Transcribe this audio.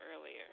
earlier